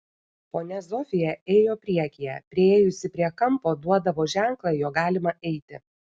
ponia zofija ėjo priekyje priėjusi prie kampo duodavo ženklą jog galima eiti